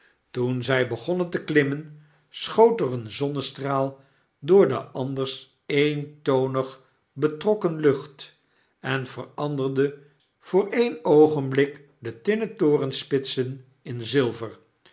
toen zg begonnen te klimmen schoot er een zonnestraal door de anders eentonig betrokken lucht en veranderde voor ee'n oogenblik de tinnen torenspitsen in zilver